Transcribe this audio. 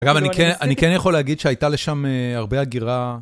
אגב, אני כן, אני כן יכול להגיד שהייתה לשם הרבה הגירה.